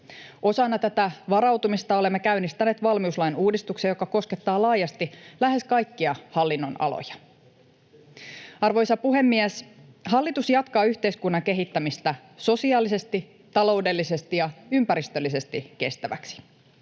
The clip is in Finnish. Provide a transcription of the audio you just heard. Osana tätä varautumista olemme käynnistäneet valmiuslain uudistuksen, joka koskettaa laajasti lähes kaikkia hallinnonaloja. Arvoisa puhemies! Hallitus jatkaa yhteiskunnan kehittämistä sosiaalisesti, taloudellisesti ja ympäristöllisesti kestäväksi.